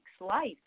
life